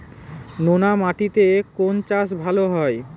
নোনা মাটিতে কোন চাষ ভালো হয়?